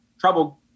trouble